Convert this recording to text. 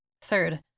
Third